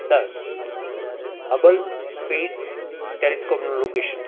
દસ Hubble space ટેલિસ્કોપનું location